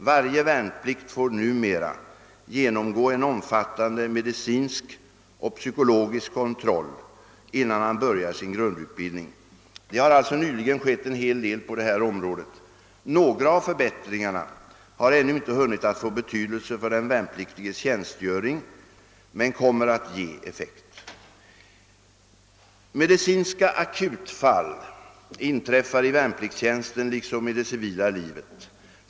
Varje värnpliktig får numera genomgå en omfattande medicinsk och psykologisk kontroll innan han börjar sin grundutbildning. Det har alltså nyligen skett en hel del på det här området. Några av förbättringarna har ännu inte hunnit att få betydelse för den värnpliktiges tjänstgöring men kommer att ge effekt. Medicinska akutfall inträffar i värnpliktstjänsten liksom i det civila livet.